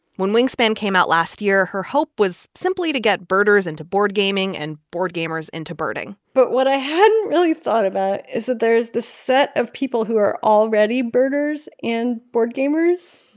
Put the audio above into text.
when wingspan came out last year, her hope was simply to get birders into board gaming and board gamers into birding but what i hadn't really thought about is that there's the set of people who are already birders and board gamers.